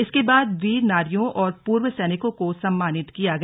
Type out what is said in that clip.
इसके बाद वीर नारियों और पूर्व सैनिकों को सम्मानित किया गया